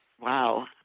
Wow